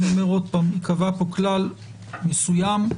ייקבע פה כלל מסוים.